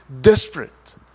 Desperate